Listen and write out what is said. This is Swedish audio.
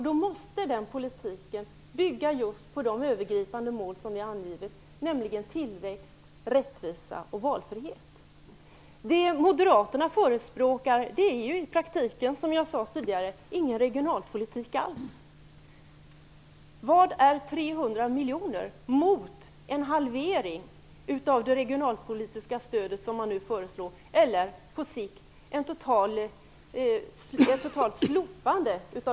Då måste den politiken bygga på just de övergripande mål som vi angivit, nämligen tillväxt, rättvisa och valfrihet. Det moderaterna förespråkar är i praktiken, som jag sade tidigare, ingen regionalpolitik alls. Vad är 300 miljoner mot en halvering av det regionalpolitiska stöd som man nu föreslår eller på sikt totalt vill slopa?